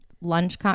lunch